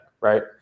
right